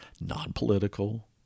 non-political